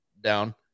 down